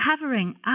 covering